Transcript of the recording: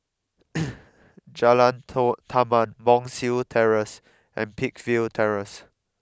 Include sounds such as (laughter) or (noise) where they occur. (noise) Jalan Taman Monk's Hill Terrace and Peakville Terrace